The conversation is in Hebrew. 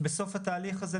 בסוף התהליך הזה,